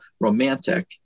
romantic